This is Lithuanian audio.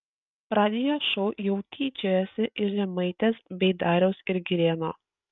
radijo šou jau tyčiojasi iš žemaitės bei dariaus ir girėno